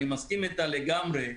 אני מסכים איתה לגמרי.